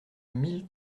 mille